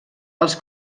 els